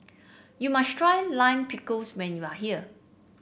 you must try Lime Pickles when you are here